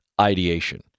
ideation